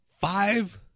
five